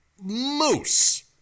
moose